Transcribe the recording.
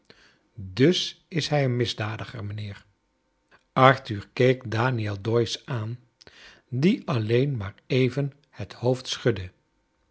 dus is hij een misdadiger mijnheer arthur keek daniel doyce aan die alleen maar even het hoofd schudde